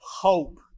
hope